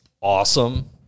awesome